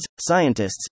scientists